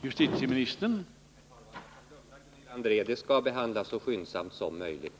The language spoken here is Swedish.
Herr talman! Jag kan lugna Gunilla André: Frågan skall behandlas så skyndsamt som möjligt.